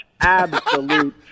absolute